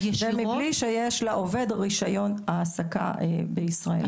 ובלי שיש לעובד רישיון עבודה בישראל,